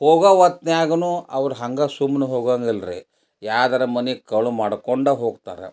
ಹೋಗೋ ಹೊತ್ನ್ಯಾಗುನು ಅವ್ರು ಹಂಗೆ ಸುಮ್ನೆ ಹೋಗಂಗೆ ಇಲ್ಲ ರಿ ಯಾರ್ದಾರೂ ಮನೆ ಕಳುವು ಮಾಡ್ಕೊಂಡೇ ಹೋಗ್ತಾರೆ